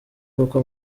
kuko